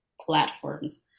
platforms